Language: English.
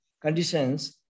conditions